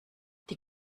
die